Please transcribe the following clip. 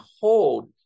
hold